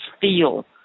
feel